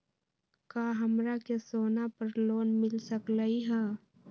का हमरा के सोना पर लोन मिल सकलई ह?